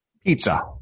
Pizza